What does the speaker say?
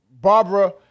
Barbara